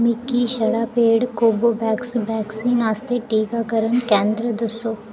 मिकी छड़ा पेड़ कोवैक्स वैक्सीन आस्तै टीकाकरण केंदर दस्सो